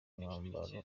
mwambaro